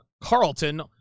Carlton